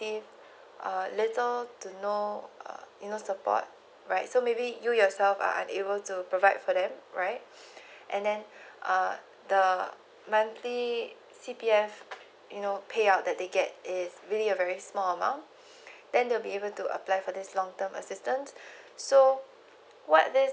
ah that's all to know uh you know support right so maybe you yourself are unable to provide for them right and then uh the monthly C_P_F you know payout that they get is really a very small amount then they will be able to apply for this long term assistant so what this